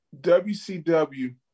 WCW